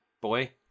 boy